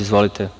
Izvolite.